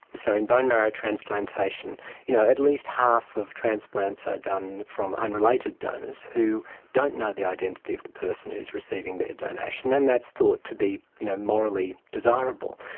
so, in bone marrow transplantation you know at least half of transplants are done from unrelated donors who don't know the identity of the person who's receiving their donation. and that's thought to be you know morally desirable.